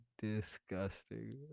disgusting